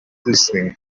listening